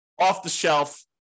off-the-shelf